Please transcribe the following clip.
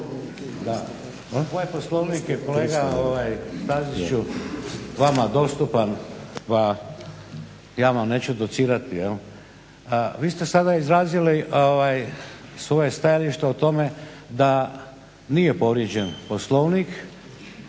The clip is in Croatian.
Ovaj Poslovnik je kolega Staziću vama dostupan pa ja vam neću docirati jel'. Vi ste sada izrazili svoje stajalište o tome da nije povrijeđen Poslovnik